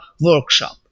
workshop